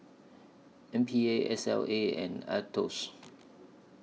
M P A S L A and Aetos